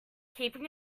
keeping